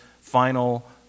final